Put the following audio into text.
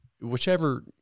whichever